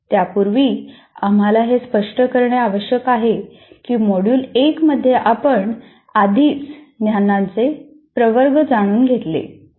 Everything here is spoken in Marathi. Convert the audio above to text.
त्यापूर्वी आम्हाला हे स्पष्ट करणे आवश्यक आहे की मॉड्यूल 1 मध्ये आपण आधीच ज्ञानाचे प्रवर्ग जाणून घेतले आहेत